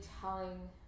telling